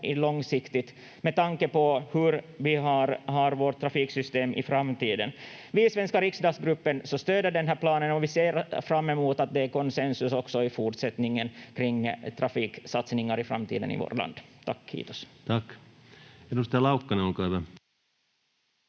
på långsiktigt, med tanke på hur vi har vårt trafiksystem i framtiden. Vi i svenska riksdagsgruppen stödjer den här planen och vi ser fram emot att det också i fortsättningen är konsensus kring trafiksatsningar i framtiden i vårt land. — Tack, kiitos. Tack. — Edustaja Laukkanen, olkaa hyvä.